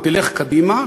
או תלך קדימה,